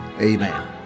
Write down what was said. Amen